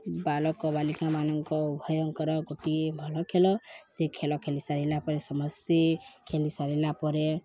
ବାଲକ ବାଲିକାମାନାନଙ୍କ ଉଭୟଙ୍କର ଗୋଟିଏ ଭଲ ଖେଲ ସେ ଖେଲ ଖେଲି ସାରିଲା ପରେ ସମସ୍ତେ ଖେଲି ସାରିଲା ପରେ